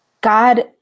God